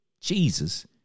Jesus